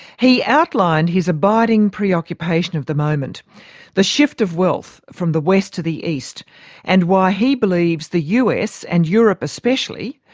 he outlined his abiding preoccupation of the moment the shift of wealth from the west to the east and why he believes the us and europe especially,